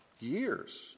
years